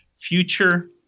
future